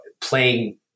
playing